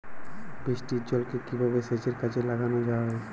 বৃষ্টির জলকে কিভাবে সেচের কাজে লাগানো যায়?